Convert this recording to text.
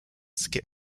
skip